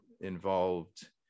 involved